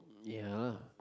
ya